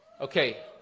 Okay